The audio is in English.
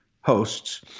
hosts